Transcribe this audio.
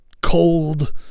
cold